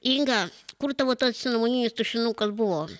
inga kur tavo tas cinamoninis tušinukas buvo